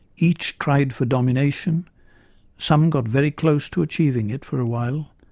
each tried for domination some got very close to achieving it for a while,